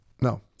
No